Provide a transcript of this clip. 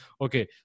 okay